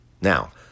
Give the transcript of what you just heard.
Now